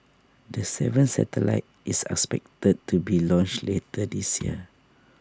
the seventh satellite is expected to be launched later this year